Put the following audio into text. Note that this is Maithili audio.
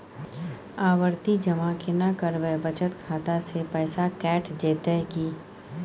आवर्ति जमा केना करबे बचत खाता से पैसा कैट जेतै की?